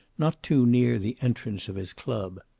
not too near the entrance of his club.